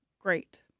Great